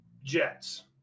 Jets